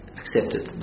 accepted